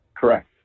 Correct